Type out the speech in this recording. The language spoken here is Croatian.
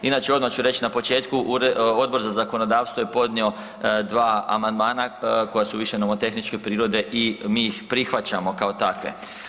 Inače, odmah ću reć na početku, Odbor za zakonodavstvo je podnio 2 amandmana koja su više nomotehničke prirode i mi ih prihvaćamo kao takve.